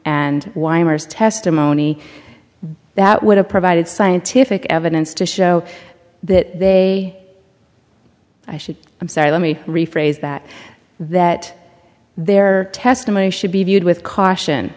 wires testimony that would have provided scientific evidence to show that they should i'm sorry let me rephrase that that their testimony should be viewed with caution